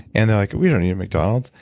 and they're like, we don't eat mcdonald's.